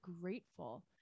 grateful